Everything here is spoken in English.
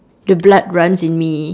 the blood runs in me